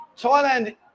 thailand